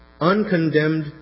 uncondemned